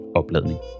opladning